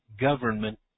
government